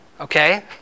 Okay